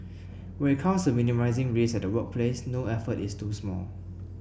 when it comes to minimising risks at the workplace no effort is too small